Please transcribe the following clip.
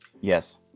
Yes